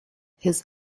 his